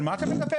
על מה אתה מדבר?